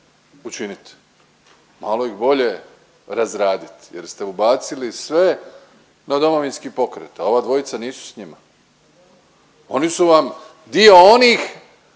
učinit, malo ih bolje razradit jer ste ubacili sve na Domovinski pokret, a ova dvojica nisu s njima. Oni su vam dio onih